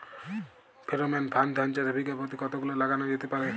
Pheromone ফাঁদ ধান চাষে বিঘা পতি কতগুলো লাগানো যেতে পারে?